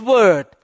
Word